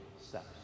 steps